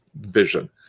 vision